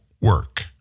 work